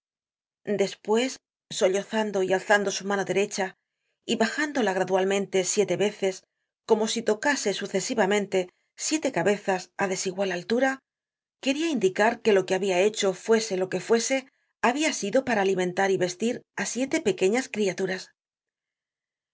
faverolles despues sollozando y alzando su mano derecha y bajándola gradualmente siete veces como si tocase sucesivamente siete cabezas á desigual altura u content from google book search generated at queria indicar que lo que habia hecho t fuese lo que fuese hahia sido para alimentar y vestir á siete pequeñas criaturas